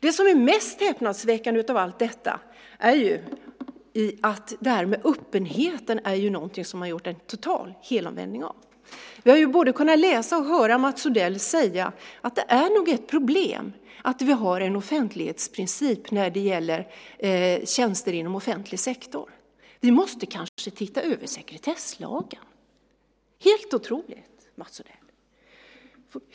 Det som är mest häpnadsväckande av allt detta är att man har gjort en helomvändning när det gäller öppenheten. Vi har både kunnat läsa om och höra Mats Odell säga att det nog är ett problem att vi har en offentlighetsprincip när det gäller tjänster inom offentlig sektor och att vi kanske måste se över sekretesslagen. Det är helt otroligt, Mats Odell.